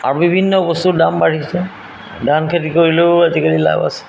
আৰু বিভিন্ন বস্তুৰ দাম বাঢ়িছে ধান খেতি কৰিলেও আজিকালি লাভ আছে